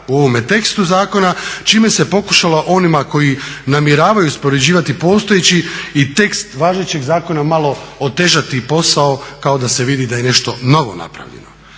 u ovome tekstu zakona čime se pokušalo onima koji namjeravaju uspoređivati postojeći i tekst važećeg zakona malo otežati posao kao da se vidi da je nešto novo napravljeno.